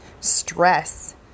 stress